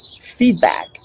feedback